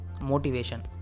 motivation